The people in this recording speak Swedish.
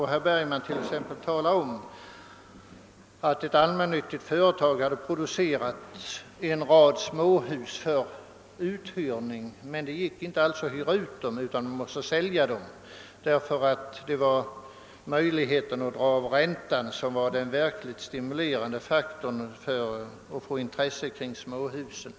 Herr Bergman talade om, att ett allmännyttigt företag producerat en rad småhus för uthyrning, men uthyrningen hade inte lyckats, utan man hade måst sälja husen. Möjligheten att dra av ränta vore den verkligt stimulerande faktorn då det gällde att skapa intresse för småhusen.